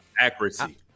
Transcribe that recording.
accuracy